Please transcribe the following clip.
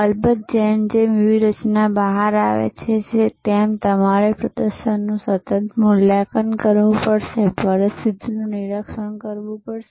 અલબત્ત જેમ જેમ વ્યૂહરચના બહાર આવે છે તેમ તમારે પ્રદર્શનનું સતત મૂલ્યાંકન કરવું પડશે પરિસ્થિતિનું નિરીક્ષણ કરવું પડશે